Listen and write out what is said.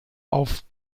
auf